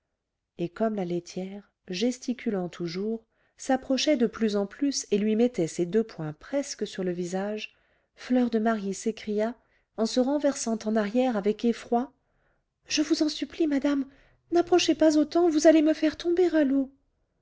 et comme la laitière gesticulant toujours s'approchait de plus en plus et lui mettait ses deux poings presque sur le visage fleur de marie s'écria en se renversant en arrière avec effroi je vous en supplie madame n'approchez pas autant vous allez me faire tomber à l'eau